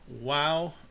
Wow